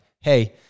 hey